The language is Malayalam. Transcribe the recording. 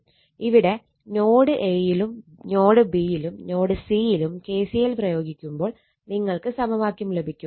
ഇവിടെ നോഡ് A യിലും നോഡ് B യിലും നോഡ് C യിലും KCL പ്രയോഗിക്കുമ്പോൾ നിങ്ങൾക്ക് സമവാക്യം ലഭിക്കും